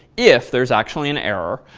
if there's actually an error,